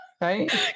Right